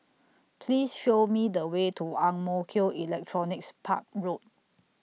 Please Show Me The Way to Ang Mo Kio Electronics Park Road